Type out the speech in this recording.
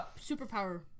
superpower